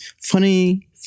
funny